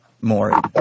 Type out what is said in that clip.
more